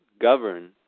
govern